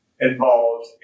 involved